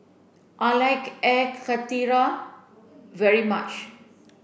I like Air Karthira very much